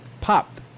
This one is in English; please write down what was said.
popped